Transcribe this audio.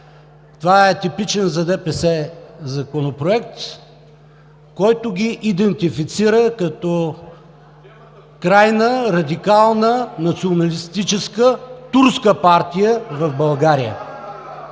Това е типичен за ДПС законопроект, който ги идентифицира като крайна радикална, националистическа, турска партия в България.